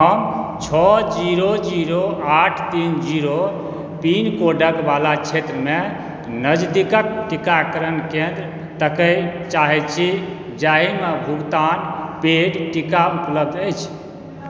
हम छओ zero zero आठ तीन जीरो पिनकोडवला क्षेत्रमे नजदीकक टीकाकरण केन्द्र ताकय चाहैत छी जाहिमे भुगतान पेड टीका उपलब्ध अछि